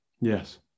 Yes